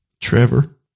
Trevor